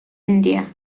india